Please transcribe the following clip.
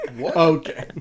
Okay